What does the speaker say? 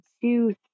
two